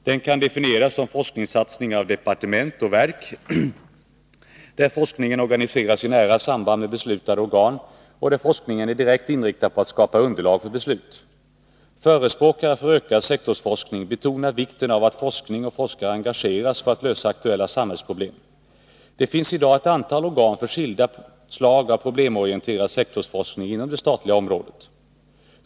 Den kan definieras som forskningssatsningar av departement och verk, där forskningen organiseras i nära samband med beslutande organ och där forskningen är direkt inriktad på att skapa underlag för beslut. Förespråkare för ökad sektorsforskning betonar vikten av att forskning och forskare engageras för att lösa aktuella samhällsproblem. Det finns i dag ett antal organ för skilda slag av problemorienterad sektorsforskning inom det statliga området.